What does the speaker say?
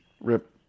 Rip